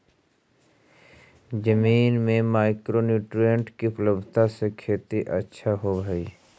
जमीन में micronutrient के उपलब्धता से खेती अच्छा होब हई